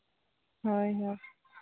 ᱦᱳᱭ ᱦᱳᱭ